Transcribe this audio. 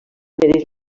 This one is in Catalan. mereix